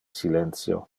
silentio